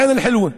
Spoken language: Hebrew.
עין אל-חילווה,